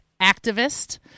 activist